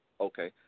okay